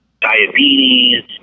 diabetes